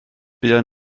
buon